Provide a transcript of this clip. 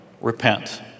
Repent